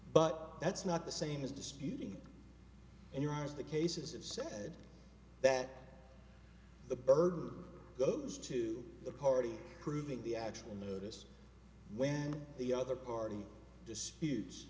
but that's not the same as disputing in your eyes the case is it said that the burden goes to the party proving the actual notice when the other party disputes